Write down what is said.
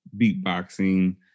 beatboxing